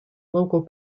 local